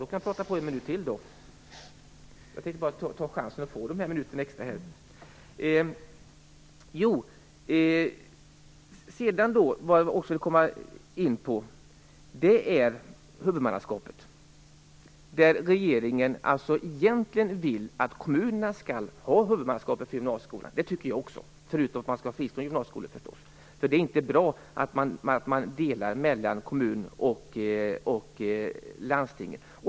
Fru talman! Det var bra. Då kan jag prata en minut till. Vad jag sedan vill komma in på är huvudmannaskapet. Regeringen vill egentligen att kommunerna skall ha huvudmannaskapet för gymnasieskolan. Det tycker jag också att de skall - förutom att man skall ha fristående gymnasieskolor förstås. Det är inte bra att det delas mellan kommun och landsting.